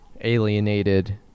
alienated